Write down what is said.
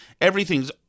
Everything's